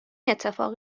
اتفاقی